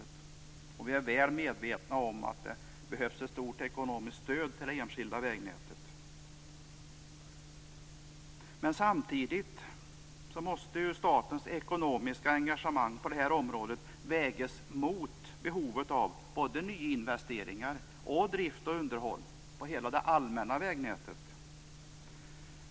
Vi är mycket väl medvetna om att det behövs ett stort ekonomiskt stöd för det enskilda vägnätet. Samtidigt måste statens ekonomiska engagemang på det här området vägas mot behovet av medel för nyinvesteringar och drift liksom för underhåll av det allmänna vägnätet.